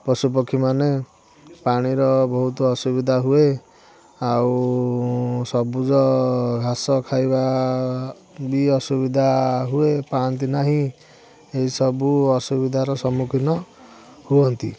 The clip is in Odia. ପଶୁ ପକ୍ଷୀ ମାନେ ପାଣିର ବହୁତ ଅସୁବିଧା ହୁଏ ଆଉ ସବୁଜ ଘାସ ଖାଇବା ବି ଅସୁବିଧା ହୁଏ ପାଆନ୍ତି ନାହିଁ ଏହି ସବୁ ଅସୁବିଧାର ସମ୍ମୁଖୀନ ହୁଅନ୍ତି